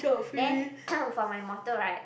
then for my mortal right